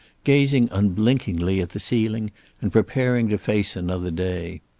gazing unblinkingly at the ceiling and preparing to face another day.